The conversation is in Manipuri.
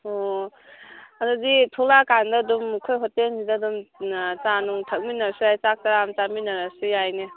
ꯑꯣ ꯑꯗꯨꯗꯤ ꯊꯣꯛꯂꯛ ꯀꯥꯟꯗ ꯑꯗꯨꯝ ꯑꯩꯈꯣꯏ ꯍꯣꯇꯦꯜꯁꯤꯗ ꯑꯗꯨꯝ ꯑꯥ ꯆꯥ ꯅꯨꯡ ꯊꯛꯃꯤꯟꯅꯔꯁꯨ ꯌꯥꯏ ꯆꯥꯛ ꯆꯔꯥ ꯑꯃ ꯆꯥꯃꯤꯟꯅꯔꯁꯨ ꯌꯥꯏꯅꯦ